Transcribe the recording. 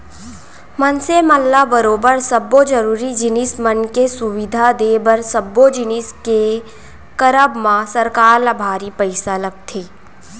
मनसे मन ल बरोबर सब्बो जरुरी जिनिस मन के सुबिधा देय बर सब्बो जिनिस के करब म सरकार ल भारी पइसा लगथे